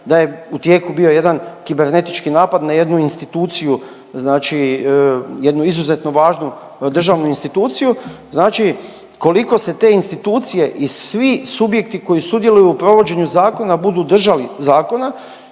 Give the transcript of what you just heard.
da je u tijeku bio jedan kibernetički napad na jednu instituciju, znači jednu izuzetno važnu državnu instituciju, znači koliko se te institucije i svi subjekti koji sudjeluju u provođenju zakona budu držali zakona